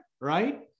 right